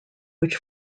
which